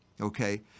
Okay